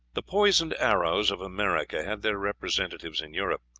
the poisoned arrows of america had their representatives in europe.